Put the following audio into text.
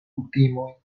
kutimoj